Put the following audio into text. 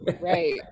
right